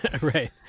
right